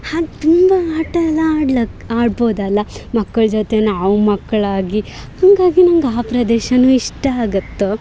ಹಾಗೆ ತುಂಬ ಆಟ ಎಲ್ಲ ಆಡ್ಲಿಕ್ಕೆ ಆಡ್ಬೋದಲ್ಲ ಮಕ್ಕಳ ಜೊತೆ ನಾವು ಮಕ್ಕಳಾಗಿ ಹಾಗಾಗಿ ನಂಗೆ ಆ ಪ್ರದೇಶವೂ ಇಷ್ಟ ಆಗತ್ತೊ